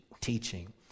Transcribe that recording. teaching